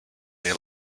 they